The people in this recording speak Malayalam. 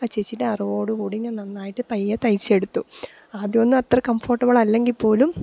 ആ ചേച്ചിയുടെ അറിവോടുകൂടി ഞാൻ നന്നായിട്ട് പയ്യെ തയ്ച്ചെടുത്തു ആദ്യമൊന്ന് അത്ര കംഫർട്ടബിൾ അല്ലെങ്കിൽപ്പോലും